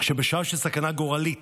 שבשעה שסכנה גורלית